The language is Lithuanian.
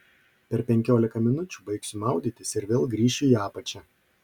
per penkiolika minučių baigsiu maudytis ir vėl grįšiu į apačią